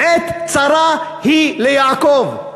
"עת צרה היא ליעקב".